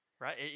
right